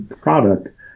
product